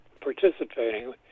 participating